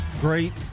great